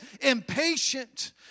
impatient